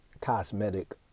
cosmetic